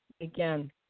again